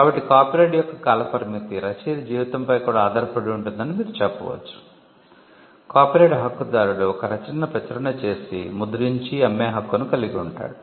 కాబట్టి కాపీరైట్ యొక్క కాల పరిమితి రచయిత జీవితంపై కూడా ఆధారపడి ఉంటుందని మీరు చెప్పవచ్చు కాపీరైట్ హక్కుదారుడు ఒక రచనను ప్రచురణ చేసి ముద్రించి అమ్మే హక్కును కలిగి ఉంటాడు